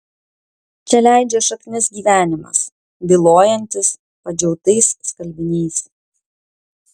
čia leidžia šaknis gyvenimas bylojantis padžiautais skalbiniais